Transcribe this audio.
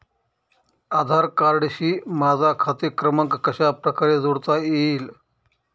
आधार कार्डशी माझा खाते क्रमांक कशाप्रकारे जोडता येईल?